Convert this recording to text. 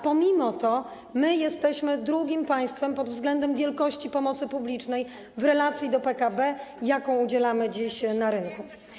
Pomimo tego jesteśmy drugim państwem pod względem wielkości pomocy publicznej w relacji do PKB, jakiej udzielamy dziś na rynku.